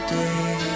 day